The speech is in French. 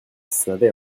savait